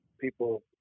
people